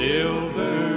Silver